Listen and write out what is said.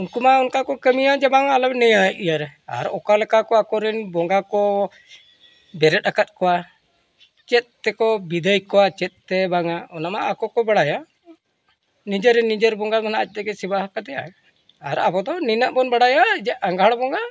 ᱩᱱᱠᱩ ᱢᱟ ᱚᱱᱠᱟ ᱠᱚ ᱠᱟᱹᱢᱤᱭᱟ ᱡᱮ ᱵᱟᱝ ᱟᱞᱚᱵᱤᱱ ᱤᱭᱟᱹᱭᱟ ᱤᱭᱟᱹᱨᱮ ᱟᱨ ᱚᱠᱟ ᱞᱮᱠᱟ ᱠᱚ ᱟᱠᱚᱨᱮᱱ ᱵᱚᱸᱜᱟ ᱠᱚ ᱵᱮᱨᱮᱫ ᱟᱠᱟᱜ ᱠᱚᱣᱟ ᱪᱮᱫ ᱛᱮᱠᱚ ᱵᱤᱫᱟᱹᱭ ᱠᱚᱣᱟ ᱪᱮᱫ ᱛᱮ ᱵᱟᱝᱟ ᱚᱱᱟ ᱢᱟ ᱟᱠᱚ ᱠᱚ ᱵᱟᱲᱟᱭᱟ ᱱᱤᱡᱮᱨ ᱨᱮᱱ ᱱᱤᱡᱮᱨ ᱵᱚᱸᱜᱟ ᱢᱮᱱᱟᱜ ᱠᱚᱣᱟ ᱟᱡ ᱛᱮᱜᱮ ᱥᱮᱵᱟ ᱟᱠᱟᱫᱮᱭᱟ ᱟᱨ ᱟᱵᱚ ᱫᱚ ᱱᱤᱱᱟᱹᱜ ᱵᱚᱱ ᱵᱟᱲᱟᱭᱟ ᱡᱮ ᱟᱸᱜᱷᱟᱬ ᱵᱚᱸᱜᱟ